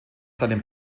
seinem